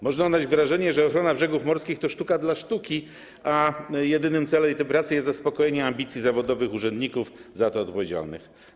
Można odnieść wrażenie, że ochrona brzegów morskich to sztuka dla sztuki, a jedynym celem tej pracy jest zaspokojenie ambicji zawodowych urzędników za to odpowiedzialnych.